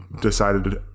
decided